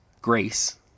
grace